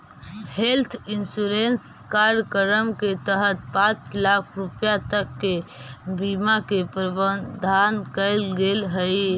health insurance कार्यक्रम के तहत पांच लाख रुपया तक के बीमा के प्रावधान कैल गेल हइ